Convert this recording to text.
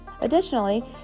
Additionally